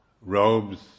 robes